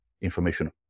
information